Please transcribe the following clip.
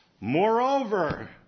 Moreover